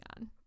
on